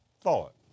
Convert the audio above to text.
thought